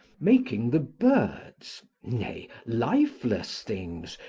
making the birds, nay! lifeless things,